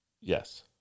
Yes